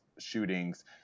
shootings